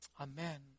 Amen